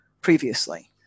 previously